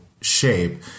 shape